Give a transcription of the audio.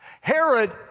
Herod